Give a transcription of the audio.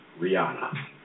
Rihanna